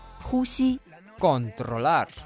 Controlar